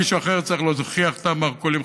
מישהו אחר צריך להוכיח את המרכולים.